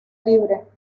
libre